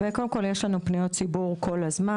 קודם כל יש לנו פניות ציבור כל הזמן